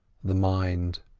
the mind.